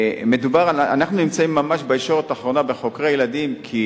אנחנו נמצאים ממש בישורת האחרונה בחוקרי ילדים, כי